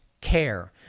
care